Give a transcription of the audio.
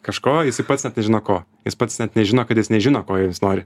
kažko jisai pats net nežino ko jis pats net nežino kad jis nežino ko jis nori